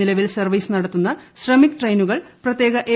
നിലവിൽ സർവീസ് നടത്തുന്ന ശ്രമിക് ട്രെയിനുകൾ പ്രത്യേക എ